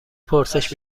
پرسش